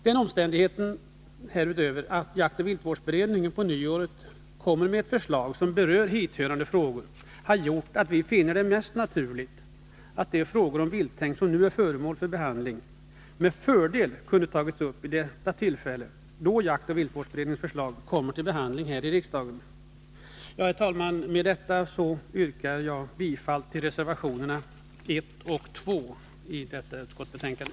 Den omständigheten härutöver att jaktoch viltvårdsberedningen på nyåret kommer med förslag som berör hithörande frågor har gjort att vi finner det mest naturligt att de frågor om vilthägn som nu är föremål för behandling med fördel kunde tagits upp vid det tillfälle då jaktoch viltvårdsberedningens förslag kommer till behandling här i riksdagen. Herr talman! Med detta yrkar jag bifall till reservationerna 1 och 2 i jordbruksutskottets betänkande.